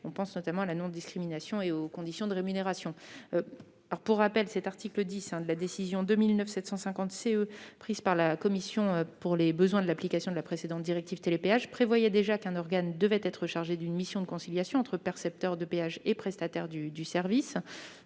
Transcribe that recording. on pense notamment à la non-discrimination et aux conditions de rémunération. Pour rappel, l'article 10 de la décision 2009/750/CE prise par la Commission pour les besoins de l'application de la précédente directive Télépéage prévoyait déjà qu'un organe soit chargé d'une mission de conciliation entre percepteurs de péage et prestataires du service.